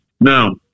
Now